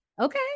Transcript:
Okay